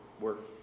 work